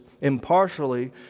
impartially